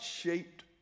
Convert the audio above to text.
shaped